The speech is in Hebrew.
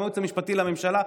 כמו הייעוץ המשפטי לממשלה,